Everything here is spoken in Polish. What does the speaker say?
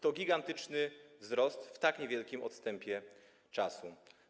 To gigantyczny wzrost w tak niewielkim odstępie czasu.